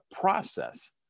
process